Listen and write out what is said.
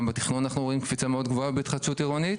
גם בתכנון אנחנו רואים קפיצה מאוד גבוהה בהתחדשות עירונית.